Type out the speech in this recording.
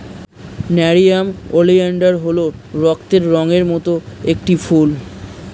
nerium oleander হল রক্তের রঙের মত একটি ফুল